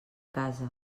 casa